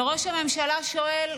וראש הממשלה שואל: